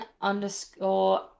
underscore